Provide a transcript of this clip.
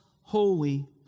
Holy